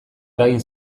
eragin